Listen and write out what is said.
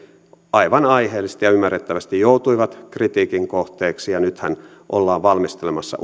aivan aiheellisesti ja ymmärrettävästi joutuivat kritiikin kohteeksi ja nythän ollaan valmistelemassa